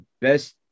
best